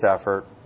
effort